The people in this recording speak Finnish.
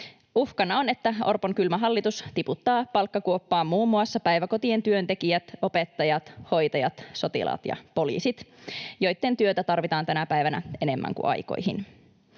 Uhkana on, että Orpon kylmä hallitus tiputtaa palkkakuoppaan muun muassa päiväkotien työntekijät, opettajat, hoitajat, sotilaat ja poliisit, joitten työtä tarvitaan tänä päivänä enemmän kuin aikoihin.